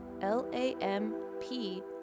L-A-M-P